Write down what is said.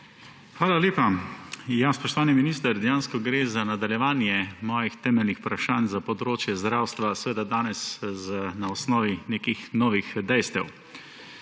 Hvala lepa. Spoštovani minister, dejansko gre za nadaljevanje mojih temeljnih vprašanj za področje zdravstva, seveda danes na osnovi nekih novih dejstev.